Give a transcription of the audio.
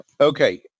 Okay